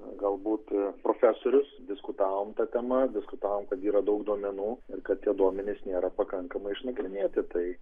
galbūt ir profesorius diskutavom ta tema diskutavom kad yra daug duomenų ir kad tie duomenys nėra pakankamai išnagrinėti tai